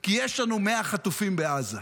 כי יש לנו 100 חטופים בעזה.